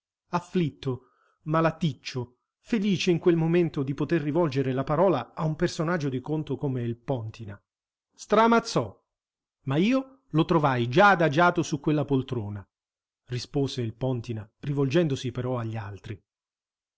afflitto malaticcio felice in quel momento di poter rivolgere la parola a un personaggio di conto come il póntina stramazzò ma io lo trovai già adagiato su quella poltrona rispose il póntina rivolgendosi però agli altri